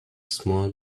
small